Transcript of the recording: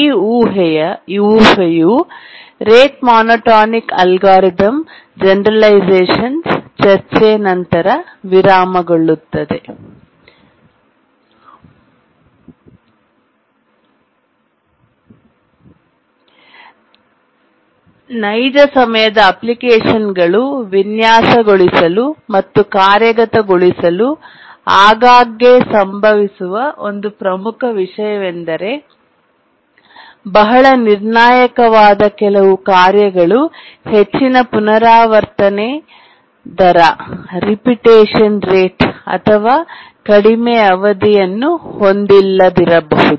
ಈ ಊಹೆಯು rate monotonic algorithm generalisations ಚರ್ಚೆ ನಂತರ ವಿರಾಮ ಗೊಳ್ಳುತ್ತದೆ ನೈಜ ಸಮಯದ ಅಪ್ಲಿಕೇಶನ್ಗಳನ್ನು ವಿನ್ಯಾಸಗೊಳಿಸಲು ಮತ್ತು ಕಾರ್ಯಗತಗೊಳಿಸಲು ಆಗಾಗ್ಗೆ ಸಂಭವಿಸುವ ಒಂದು ಪ್ರಮುಖ ವಿಷಯವೆಂದರೆ ಬಹಳ ನಿರ್ಣಾಯಕವಾದ ಕೆಲವು ಕಾರ್ಯಗಳು ಹೆಚ್ಚಿನ ಪುನರಾವರ್ತನೆ ದರ ರೀಪಿಟೇಶನ್ ರೇಟ್ ಅಥವಾ ಕಡಿಮೆ ಅವಧಿಯನ್ನು ಹೊಂದಿಲ್ಲದಿರಬಹುದು